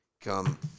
come